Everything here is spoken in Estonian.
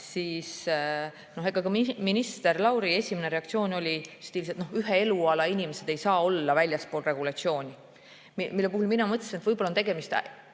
ka minister Lauri esimene reaktsioon oli stiilis, et ühe eluala inimesed ei saa olla väljaspool regulatsiooni. Selle puhul mina mõtlesin, et võib-olla on tegemist